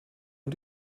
und